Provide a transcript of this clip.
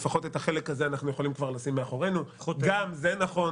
לפחות את החלק הזה אנחנו יכולים כבר לשים מאחורינו" גם זה נכון